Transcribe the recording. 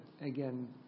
Again